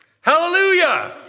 Hallelujah